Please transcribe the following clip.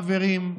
חברים,